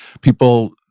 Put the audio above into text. people